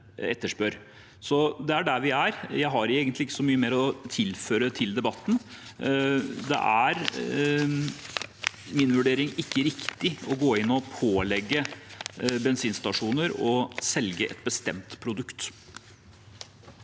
Det er der vi er. Jeg har egentlig ikke så mye mer å tilføre debatten. Det er etter min vurdering ikke riktig å gå inn og pålegge bensinstasjoner å selge et bestemt produkt.